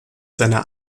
seiner